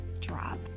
drop